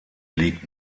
liegt